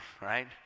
right